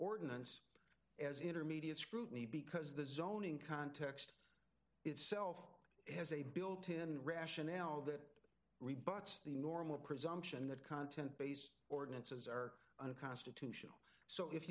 ordinance as intermediate scrutiny because the zoning context itself has a built in rationale that rebuts the normal presumption that content based ordinances are unconstitutional so if